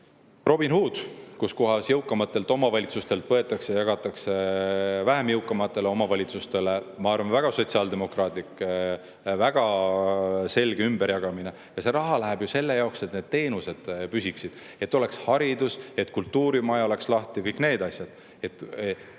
Robin Hood – jõukamatelt omavalitsustelt võetakse ja jagatakse vähem jõukatele omavalitsustele. See on, ma arvan, väga sotsiaaldemokraatlik, väga selge ümberjagamine. See raha läheb ju selle jaoks, et need teenused püsiksid, et oleks haridus, et kultuurimaja oleks lahti, ja kõik need asjad.